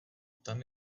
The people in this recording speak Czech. tam